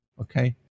Okay